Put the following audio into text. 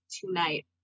tonight